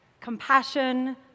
compassion